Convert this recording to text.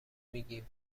میگیم